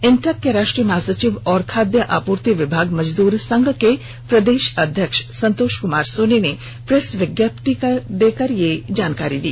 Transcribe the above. इंटक के राष्ट्रीय सचिव और खाद्य आपूर्ति विभाग मजदूर संघ के प्रदेश अध्यक्ष संतोष कुमार सोनी ने प्रेस विज्ञप्ति जारी कर यह जानकारी दी